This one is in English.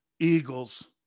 Eagles